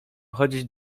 chodzić